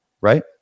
Right